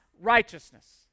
righteousness